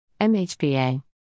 MHPA